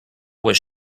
was